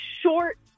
short